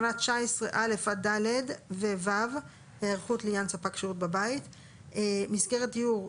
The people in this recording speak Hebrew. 19(א) עד (ד) ו-(ו) (היערכות לעניין ספק שירות בבית); (5)מסגרת דיור,